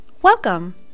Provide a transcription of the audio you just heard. Welcome